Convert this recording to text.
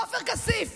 עופר כסיף,